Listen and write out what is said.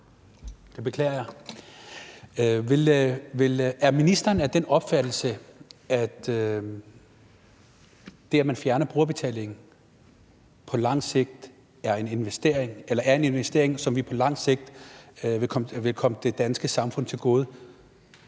det beklager jeg. Er ministeren af den opfattelse, at det, at man fjerner brugerbetalingen, er en investering, som på lang sigt vil komme det danske samfund til gode?